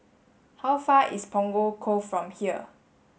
how far is Punggol Cove from here